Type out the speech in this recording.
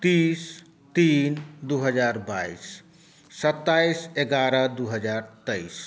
तीस तीन दू हजार बाइस सत्ताइस एगारह दू हजार तेइस